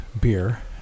beer